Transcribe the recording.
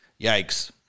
yikes